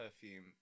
perfume